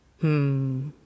Hmm